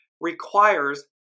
requires